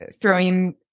throwing